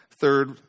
Third